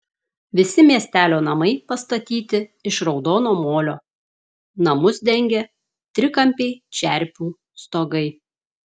visi miestelio namai pastatyti iš raudono molio namus dengia trikampiai čerpių stogai